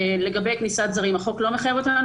לגבי כניסת זרים החוק לא מחייב אותנו